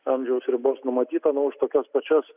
amžiaus ribos numatyta na už tokias pačias